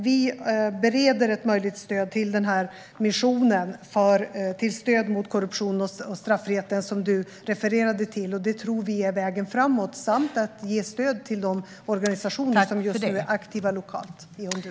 Vi bereder ett möjligt stöd till den mission mot korruption och straffrihet som Marco Venegas refererar till, och det tror vi är vägen framåt liksom att ge stöd till de organisationer som just nu är aktiva lokalt i Honduras.